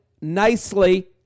nicely